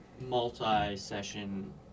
multi-session